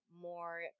more